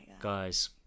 guys